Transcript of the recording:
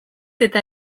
eta